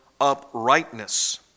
uprightness